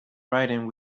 writing